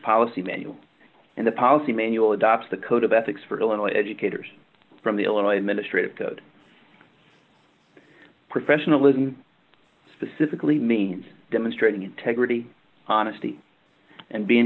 policy manual and the policy manual adopts the code of ethics for illinois educators from the illinois administrators code professionalism specifically means demonstrating integrity honesty and being